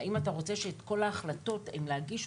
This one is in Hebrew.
האם אתה רוצה שאת כל ההחלטות בשאלה האם להגיש,